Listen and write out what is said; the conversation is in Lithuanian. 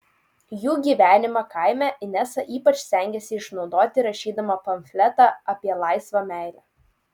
jų gyvenimą kaime inesa ypač stengėsi išnaudoti rašydama pamfletą apie laisvą meilę